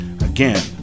Again